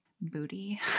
booty